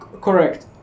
correct